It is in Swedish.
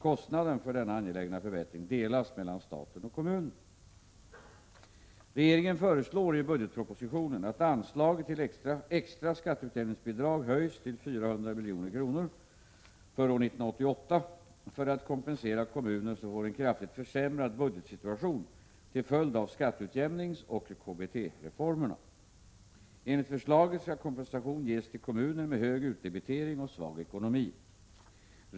Kostnaden för denna angelägna förbättring delas mellan staten och kommunen. kommuner som får en kraftigt försämrad budgetsituation till följd av skatteutjämningsoch KBT-reformerna. Enligt förslaget skall kompensation ges till kommuner med hög utdebitering och svag ekonomi.